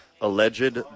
alleged